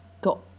got